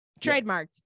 trademarked